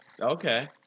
Okay